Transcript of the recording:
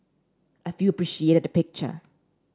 a few appreciated the picture